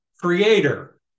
creator